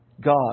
God